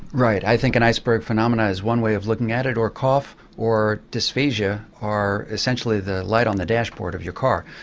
right. i think an iceberg phenomenon is one way of looking at it, or cough or dysphagia are essentially the light on the dashboard of your car.